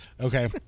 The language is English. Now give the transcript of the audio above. Okay